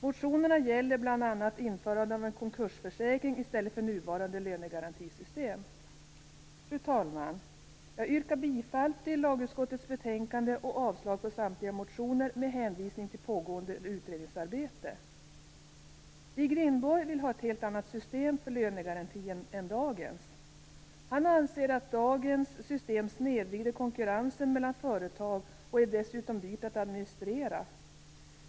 Motionerna gäller bl.a. införandet av en konkursförsäkring i stället för nuvarande lönegarantisystem. Fru talman! Jag vill yrka bifall till hemställan i lagutskottets betänkande och avslag på samtliga motioner med hänvisning till pågående utredningsarbete. Stig Rindborg vill ha ett helt annat system för lönegaranti än dagens. Han anser att dagens system snedvrider konkurrensen mellan företag och dessutom är dyrt att administrera.